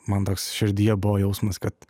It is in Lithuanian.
man toks širdyje buvo jausmas kad